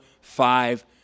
five